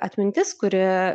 atmintis kuri